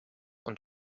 und